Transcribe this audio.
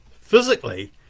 physically